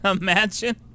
Imagine